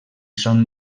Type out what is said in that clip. són